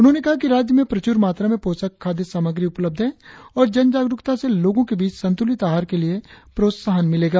उन्होंने कहा कि राज्य में प्रचुर मात्रा में पोषक खाद्य सामग्री उपलब्ध है और जनजागरुकता से लोगों के बीच संतुलित आहार के लिए प्रोत्साहन मिलेगा